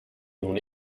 nun